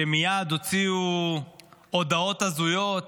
שמייד הוציאו הודעות הזויות